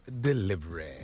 delivery